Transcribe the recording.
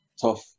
tough